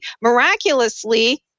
miraculously